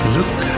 Look